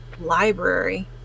library